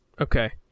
Okay